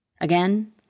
Again